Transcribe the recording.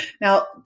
Now